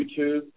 YouTube